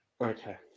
Okay